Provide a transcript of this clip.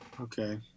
Okay